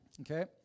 Okay